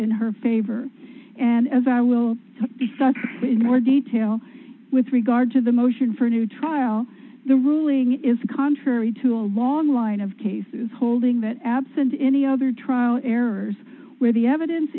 in her favor and as i will discuss in more detail with regard to the motion for new trial the ruling is contrary to a long line of cases holding that absent any other trial errors where the evidence